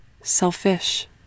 selfish